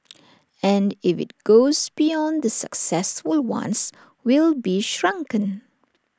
and if IT goes beyond the successful ones we'll be shrunken